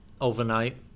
overnight